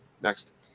Next